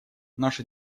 наша